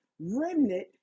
Remnant